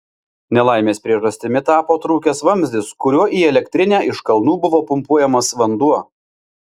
nelaimės priežastimi tapo trūkęs vamzdis kuriuo į elektrinę iš kalnų buvo pumpuojamas vanduo